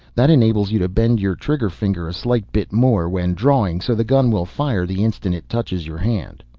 that enables you to bend your trigger finger a slight bit more when drawing so the gun will fire the instant it touches your hand.